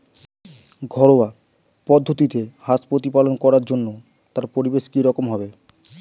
ঘরোয়া পদ্ধতিতে হাঁস প্রতিপালন করার জন্য তার পরিবেশ কী রকম হবে?